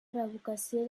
revocació